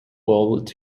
walled